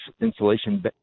insulation